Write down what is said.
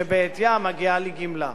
שבעטיה מגיעה לי גמלה.